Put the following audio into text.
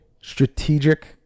strategic